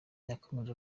yakomeje